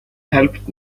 helped